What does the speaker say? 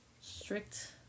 strict